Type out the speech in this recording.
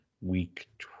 week